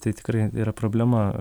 tai tikrai yra problema